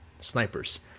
Snipers